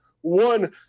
One